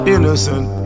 Innocent